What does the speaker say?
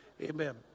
Amen